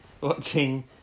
watching